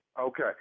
Okay